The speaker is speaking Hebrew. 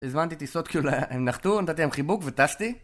הזמנתי טיסות, כאילו הם נחתו, נתתי להם חיבוק וטסתי.